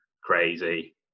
crazy